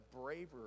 bravery